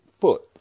foot